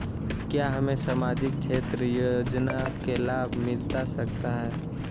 क्या हमें सामाजिक क्षेत्र योजना के लाभ मिलता सकता है?